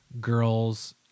girls